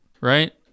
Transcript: right